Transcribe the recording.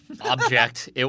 object